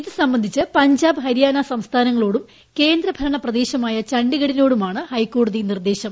ഇത് സംബന്ധിച്ച് പഞ്ചാബ് ഹരിയാന സംസ്ഥാനങ്ങളോടും കേന്ദ്ര ഭരണ പ്രദേശമായ ചാണ്ഡീഗഢിനോടുമാണ് ഹൈക്കോടതി നിർദ്ദേശം